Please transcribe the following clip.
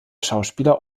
schauspieler